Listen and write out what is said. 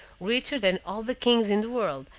richer than all the kings in the world,